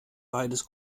beides